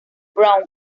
brown